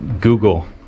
Google